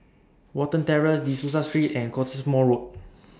Watten Terrace De Souza Street and Cottesmore Road